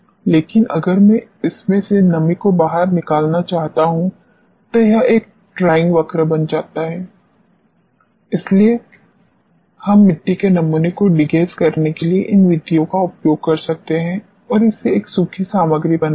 लेकिन अगर मैं इसमें से नमी को बाहर निकालना चाहता हूं तो यह एक डॉयिंगचक्र बन जाता है जिसके लिए हम मिट्टी के नमूने को डीगैस करने के लिए इन विधियों का उपयोग कर सकते हैं और इसे एक सूखी सामग्री बनाते हैं